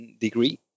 degree